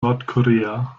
nordkorea